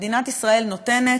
מדינת ישראל נותנת,